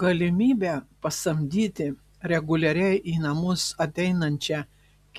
galimybę pasamdyti reguliariai į namus ateinančią